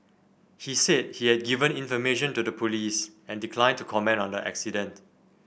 he said he had given information to the police and declined to comment on the accident